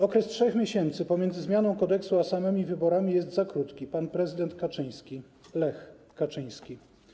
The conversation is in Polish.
Okres 3 miesięcy pomiędzy zmianą kodeksu a samymi wyborami jest za krótki - pan prezydent Kaczyński, Lech Kaczyński.